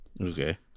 Okay